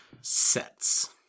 sets